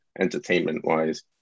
entertainment-wise